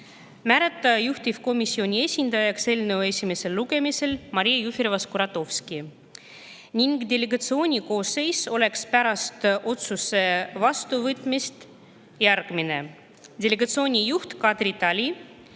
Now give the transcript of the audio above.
Määrata juhtivkomisjoni esindajaks eelnõu esimesel lugemisel Maria Jufereva-Skuratovski. Delegatsiooni koosseis oleks pärast otsuse vastuvõtmist järgmine: delegatsiooni juht Kadri Tali,